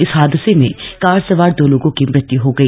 इस हादसे में कार सवार दो लोगों की मृत्य् हो गई